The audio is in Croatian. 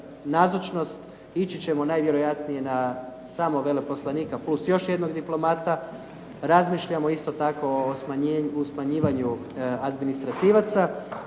ići ćemo vjerojatno na samo veleposlanika plus još jednog diplomata. Razmišljamo isto tako o smanjivanju administrativaca